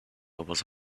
was